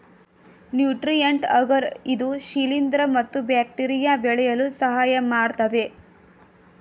nutrient agar ಇದು ಶಿಲಿಂದ್ರ ಮತ್ತು ಬ್ಯಾಕ್ಟೀರಿಯಾ ಬೆಳೆಯಲು ಸಹಾಯಮಾಡತ್ತದೆ